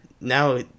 now